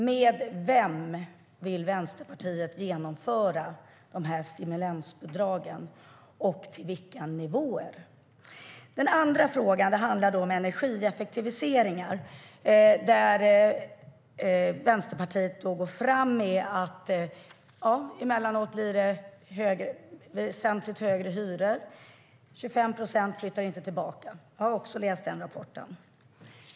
Med vem vill Vänsterpartiet genomföra de här stimulansbidragen och till vilka nivåer? Den andra frågan handlar om energieffektiviseringar. Vänsterpartiet går fram med att det emellanåt blir väsentligt högre hyror. 25 procent flyttar inte tillbaka. Jag har också läst den rapporten.